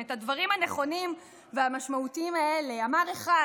את הדברים הנכונים והמשמעותיים האלה אמר אחד,